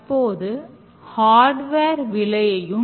code என்பது இங்கு முக்கிய இடத்தை வகிக்கிறது